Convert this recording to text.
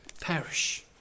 perish